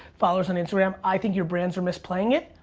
followers on instagram. i think your brands are misplaying it.